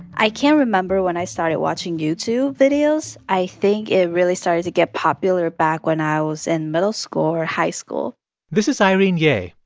i can't remember when i started watching youtube videos. i think it really started to get popular back when i was in and middle school or high school this is irene yeh,